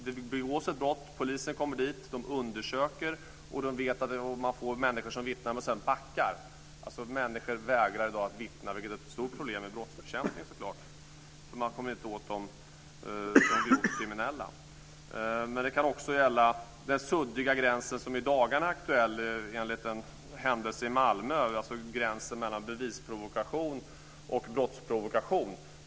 Det begås ett brott, polisen kommer dit, de undersöker och människor vittnar, men backar sedan. Människor vägrar alltså i dag att vittna, vilket är ett stort problem i brottsbekämpningen så klart. Man kommer inte åt de grovt kriminella. Men det kan också gälla den suddiga gränsen som i dagarna är aktuell efter en händelse i Malmö, alltså gränsen mellan bevisprovokation och brottsprovokation.